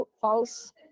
false